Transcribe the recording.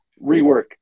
rework